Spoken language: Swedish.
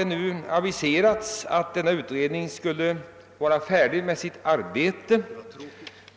emellertid aviserats att denna utredning skulle vara färdig med sitt arbete.